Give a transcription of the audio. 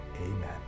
Amen